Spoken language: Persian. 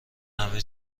همه